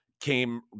came